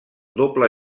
doble